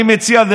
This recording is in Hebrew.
אני מציע,